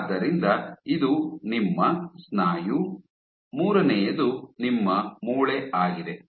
ಆದ್ದರಿಂದ ಇದು ನಿಮ್ಮ ಸ್ನಾಯು ಮೂರನೆಯದು ನಿಮ್ಮ ಮೂಳೆ ಆಗಿದೆ